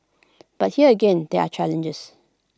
but here again there are challenges